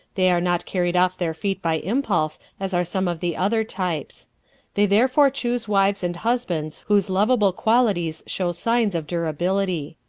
they are not carried off their feet by impulse as are some of the other types they therefore choose wives and husbands whose lovable qualities show signs of durability.